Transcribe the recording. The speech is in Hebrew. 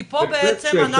כי פה בעצם,